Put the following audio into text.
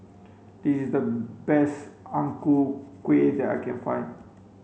This is the best Ang Ku Kueh that I can find